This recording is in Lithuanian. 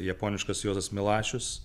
japoniškas juozas milašius